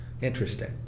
Interesting